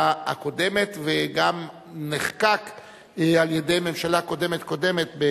הקודמת וגם נחקק על-ידי הממשלה הקודמת קודמת,